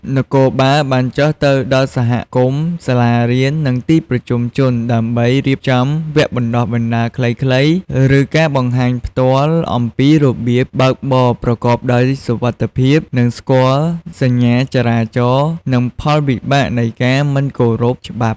នគរបាលចុះទៅដល់សហគមន៍ សាលារៀន និងទីប្រជុំជន ដើម្បីរៀបចំ វគ្គបណ្តុះបណ្តាលខ្លីៗ ឬការបង្ហាញផ្ទាល់ អំពីរបៀបបើកបរប្រកបដោយសុវត្ថិភាព ការស្គាល់សញ្ញាចរាចរណ៍ និងផលវិបាកនៃការមិនគោរពច្បាប់។